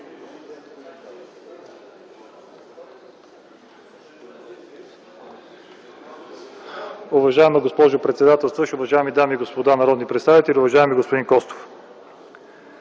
Уважаема госпожо председателстваща, уважаеми дами и господа народни представители! Уважаеми господин Костов,